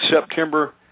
September